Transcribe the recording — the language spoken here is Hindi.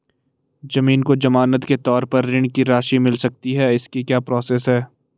ज़मीन को ज़मानत के तौर पर ऋण की राशि मिल सकती है इसकी क्या प्रोसेस है?